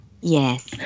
Yes